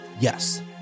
Yes